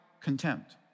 contempt